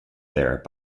there